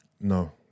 No